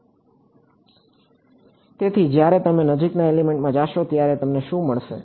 તેથી જ્યારે તમે નજીકના એલિમેન્ટમાં જશો ત્યારે તમને શું મળશે